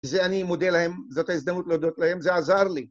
זה אני מודה להם, זאת ההזדמנות להודות להם, זה עזר לי.